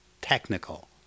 technical